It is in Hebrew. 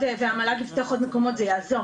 והמל"ג יפתח עוד מקומות זה יעזור.